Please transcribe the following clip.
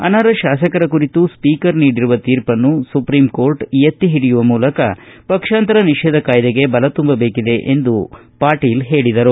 ಅನರ್ಹ ಶಾಸಕರ ಕುರಿತು ಸ್ವೀಕರ್ ನೀಡಿರುವ ತೀರ್ಪನ್ನು ಸುಪ್ರೀಂಕೋರ್ಟ್ ಎತ್ತಿ ಹಿಡಿಯುವ ಮೂಲಕ ಪಕ್ಷಾಂತರ ನಿಷೇಧ ಕಾಯ್ಸೆಗೆ ಬಲತುಂಬಬೇಕಿದೆ ಎಂದು ಅವರು ಹೇಳಿದರು